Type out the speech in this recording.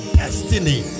destiny